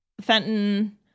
fenton